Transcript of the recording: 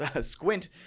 squint